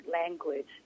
language